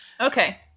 Okay